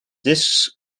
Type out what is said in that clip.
disks